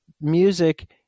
music